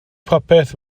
popeth